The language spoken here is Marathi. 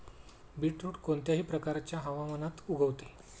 बीटरुट कोणत्याही प्रकारच्या हवामानात उगवते